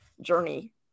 journey